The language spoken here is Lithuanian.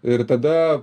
ir tada